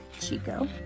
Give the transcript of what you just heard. Chico